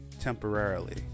temporarily